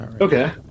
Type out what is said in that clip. Okay